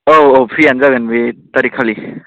औ औ फ्रियानो जागोन बे तारिकखालि